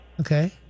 Okay